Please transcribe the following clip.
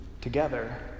together